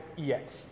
EX